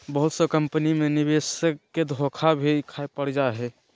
बहुत सा कम्पनी मे निवेशक के धोखा भी खाय पड़ जा हय